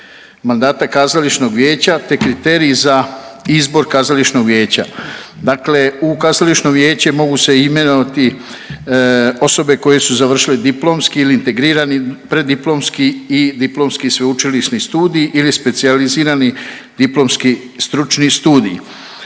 mandata kazališnog vijeća, te kriteriji za izbor kazališnog vijeća, dakle u kazališno vijeće mogu se imenovati osobe koje su završile diplomski ili integrirani preddiplomski i diplomski sveučilišni studij ili specijalizirani diplomski stručni studij.